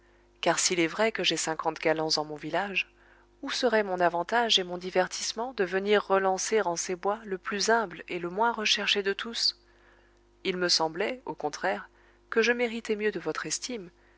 car s'il est vrai que j'aie cinquante galants en mon village où serait mon avantage et mon divertissement de venir relancer en ces bois le plus humble et le moins recherché de tous il me semblait au contraire que je méritais mieux de votre estime